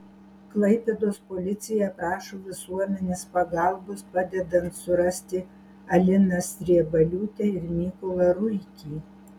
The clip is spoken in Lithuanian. klaipėdos policija prašo visuomenės pagalbos padedant surasti aliną sriebaliūtę ir mykolą ruikį